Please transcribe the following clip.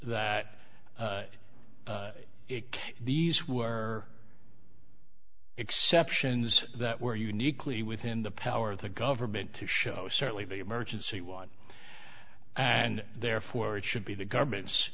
can these were exceptions that were uniquely within the power of the government to show certainly the emergency one and therefore it should be the government's